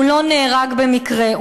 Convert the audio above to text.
הוא לא נהרג במקרה,